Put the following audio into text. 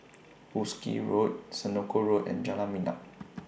Wolskel Road Senoko Road and Jalan